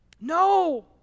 No